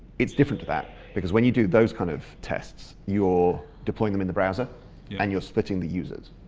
it's different to that, because when you do those kind of tests, you're deploying them in the browser and you're splitting the users.